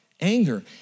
anger